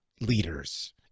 leaders